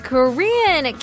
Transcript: Korean